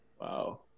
Wow